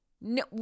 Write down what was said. No